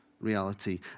reality